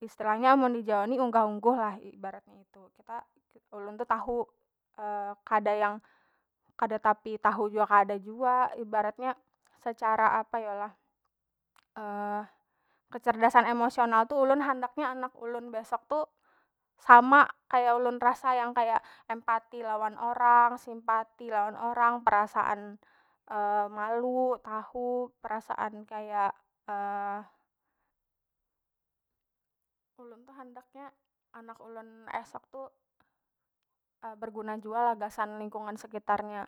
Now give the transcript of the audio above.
istilahnya amun dijawa ni unggah- ungguh lah ibaratnya itu kita ulun tu tahu kada yang kada tapi tahu jua kada jua ibaratnya secara apa yo lah kecerdasan emosional tu ulun handaknya anak ulun tu besok tu sama kaya ulun rasa yang kaya empati lawan orang simpati lawan orang perasaan malu tahu perasaan kaya ulun tu handaknya anak ulun esok tu berguna jua gasan lingkungan sekitar nya